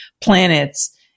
planets